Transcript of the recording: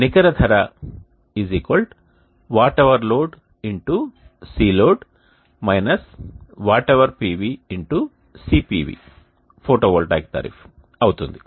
నికర ధర watt hour load X CLoad minus watt hour PV X CPV photovoltaic tariff అవుతుంది